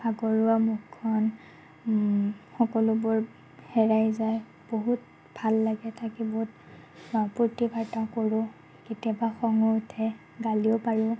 ভাগৰুৱা মুখখন সকলোবোৰ হেৰাই যায় বহুত ভাল লাগে থাকি বহুত বা ফূৰ্তি ফাৰ্তা কৰোঁ কেতিয়াবা খঙো উঠে গালিও পাৰোঁ